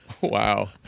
Wow